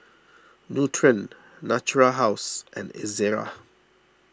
Nutren Natura House and Ezerra